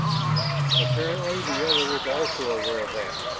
apparently the other was also aware of that,